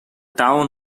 town